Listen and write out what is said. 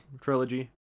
trilogy